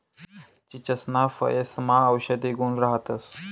चीचसना फयेसमा औषधी गुण राहतंस